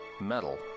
metal